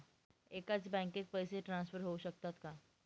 एकाच बँकेत पैसे ट्रान्सफर होऊ शकतात का?